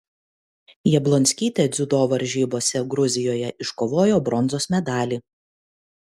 jablonskytė dziudo varžybose gruzijoje iškovojo bronzos medalį